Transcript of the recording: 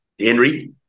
Henry